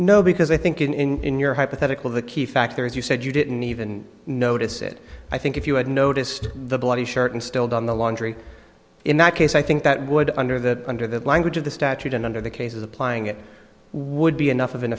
no because i think in your hypothetical the key factor is you said you didn't even notice it i think if you hadn't noticed the bloody shirt and still down the laundry in that case i think that would under that under the language of the statute and under the cases applying it would be enough of an